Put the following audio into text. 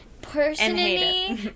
personally